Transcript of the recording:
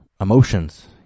emotions